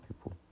people